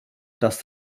dass